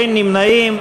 אין נמנעים.